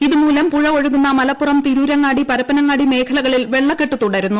ഇതുമൂലം പുഴ ഒഴുകുന്ന മലപ്പുറം തിരൂരങ്ങാടി പരപ്പനങ്ങാടി മേഖലകളിൽ വെള്ളക്കെട്ട് തുടരുന്നു